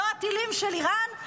לא הטילים של איראן,